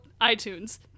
iTunes